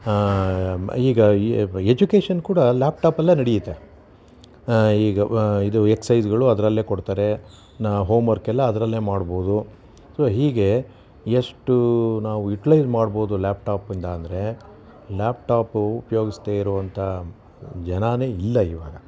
ಈಗ ಎಜ್ಯುಕೇಷನ್ ಕೂಡ ಲ್ಯಾಪ್ ಟಾಪಲ್ಲೆ ನಡಿಯುತ್ತೆ ಈಗ ಇದು ಎಕ್ಸೈಸ್ಗಳು ಅದರಲ್ಲೆ ಕೊಡ್ತಾರೆ ಇನ್ನು ಹೋಮ್ವರ್ಕ್ ಎಲ್ಲ ಅದರಲ್ಲೆ ಮಾಡ್ಬೋದು ಸೊ ಹೀಗೆ ಎಷ್ಟು ನಾವು ಯುಟ್ಲೈಸ್ ಮಾಡ್ಬೋದು ಲ್ಯಾಪ್ ಟಾಪಿಂದ ಅಂದರೆ ಲ್ಯಾಪ್ ಟಾಪು ಉಪಯೋಗಿಸ್ದೆ ಇರುವಂಥ ಜನರೇ ಇಲ್ಲ ಇವಾಗ